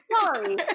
Sorry